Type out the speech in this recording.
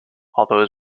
although